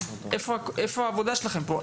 אז איפה העבודה שלכם פה,